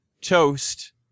Toast